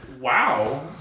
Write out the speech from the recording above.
Wow